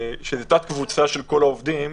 שהיא תת-קבוצה של כל העובדים,